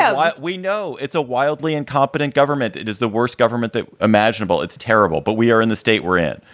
yeah like we know it's a wildly incompetent government it is the worst government imaginable. it's terrible. but we are in the state we're in.